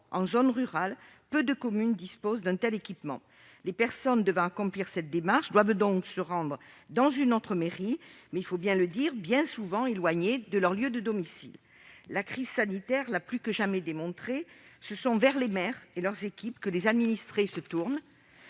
en zone rurale, peu de communes disposent d'un tel équipement. Les personnes devant accomplir cette démarche doivent donc se rendre dans une autre mairie, souvent éloignée de leur domicile. La crise sanitaire a plus que jamais démontré que c'est vers les maires et leurs équipes que les administrés se tournent